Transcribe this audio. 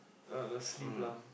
uh the sleeve lah